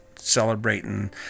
celebrating